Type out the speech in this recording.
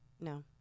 no